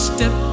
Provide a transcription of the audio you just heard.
Step